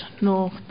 north